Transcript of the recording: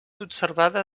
observada